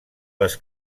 les